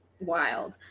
Wild